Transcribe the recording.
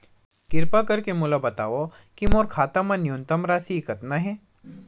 किरपा करके मोला बतावव कि मोर खाता मा न्यूनतम राशि कतना हे